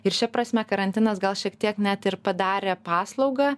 ir šia prasme karantinas gal šiek tiek net ir padarė paslaugą